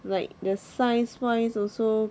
like the science wise also